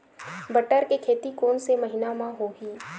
बटर के खेती कोन से महिना म होही?